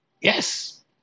Yes